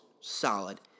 solid